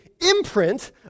imprint